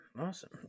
Awesome